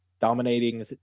Dominating